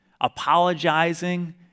apologizing